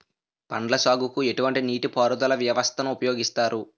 పండ్ల సాగుకు ఎటువంటి నీటి పారుదల వ్యవస్థను ఉపయోగిస్తారు?